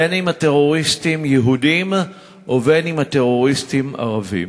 בין שהטרוריסטים יהודים ובין שהטרוריסטים ערבים.